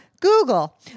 Google